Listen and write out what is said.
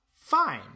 Fine